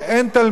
אין אבא,